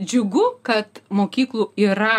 džiugu kad mokyklų yra